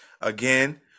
Again